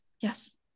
Yes